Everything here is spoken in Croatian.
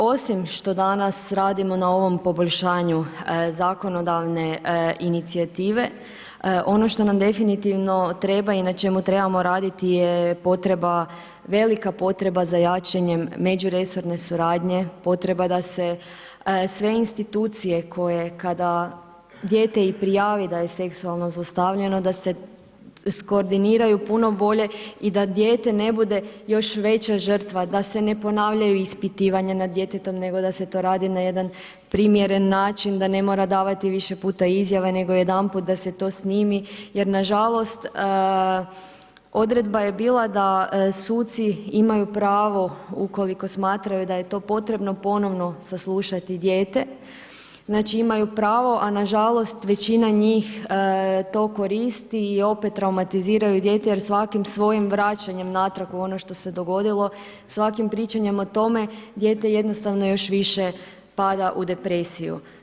Osim što danas radimo na ovom poboljšanju zakonodavne inicijative, ono što nam definitivno treba i na čemu trebamo raditi je potreba, velika potreba za jačanjem međuresorne suradnje, potreba da se sve institucije koje kada dijete i prijavi da je seksualno zlostavljano da se iskordiniraju puno bolje i da dijete ne bude još veća žrtva, da se ne ponavljaju ispitivanja nad djetetom, nego da se to radi na jedan primjeren način, da ne mora davati više puta izjave, nego jedanput da se to snimi jer nažalost odredba je bila da suci imaju pravo, ukoliko smatraju da je to potrebno, ponovno saslušati dijete, znači imaju pravo, a nažalost većina njih to koristi i opet traumatiziraju dijete jer svakim svojim vraćanjem natrag u ono što se dogodilo, svakim pričanjem o tome dijete jednostavno još više pada u depresiju.